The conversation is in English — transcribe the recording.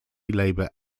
labour